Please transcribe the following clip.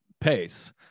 pace